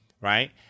right